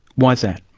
why is that?